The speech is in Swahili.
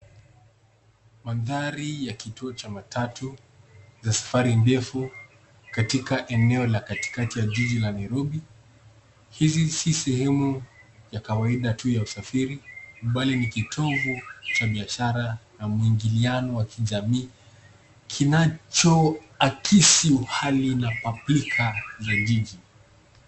Mandhari ya kituo cha matatu za safari ndefu katika eneo la katikati ya jiji la Nairobi. Hizi si sehemu ya kawaida tu ya usafiri bali ni kitovu cha biashara na muingiliano wa kijamii kinachoakisi uhali na paprika za jiji.